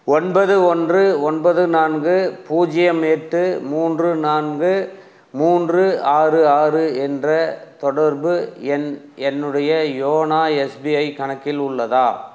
ஒன்பது ஒன்று ஒன்பது நான்கு பூஜ்ஜியம் எட்டு மூன்று நான்கு மூன்று ஆறு ஆறு என்ற தொடர்பு எண் என்னுடைய யோனோ எஸ்பிஐ கணக்கில் உள்ளதா